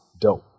dope